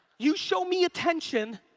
you show me attention,